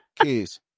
keys